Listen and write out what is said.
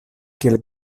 kiel